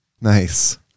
Nice